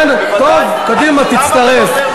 כן, טוב, קדימה, תצטרף.